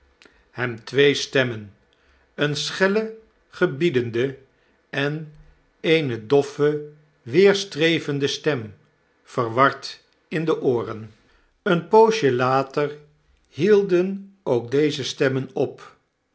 trottle twee stemmen eene schelle gebiedende en eene doffe weerstrevende stem verward in deooren een poosje later hielden ook deze stemmen op